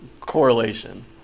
correlation